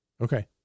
Okay